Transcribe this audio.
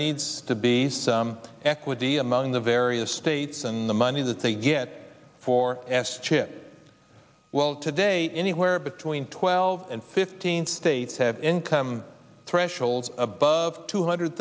needs to be equity among the various states and the money that they get for astrid well today anywhere between twelve and fifteen states have income threshold above two hundred